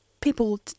People